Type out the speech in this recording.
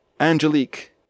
angelique